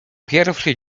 pierwszy